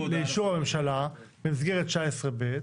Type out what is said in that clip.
לאישור הממשלה במסגרת 19(ב).